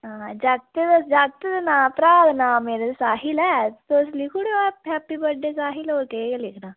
हां जागत दे जागतै दा नांऽ भ्राऽ दे नांऽ मेरा साहिल ऐ तुस लिखी ओड़ेओ हैप्पी बर्थडे साहिल होर केह् लिखना